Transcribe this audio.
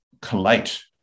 collate